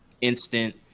instant